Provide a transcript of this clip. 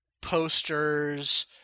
posters